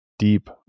deep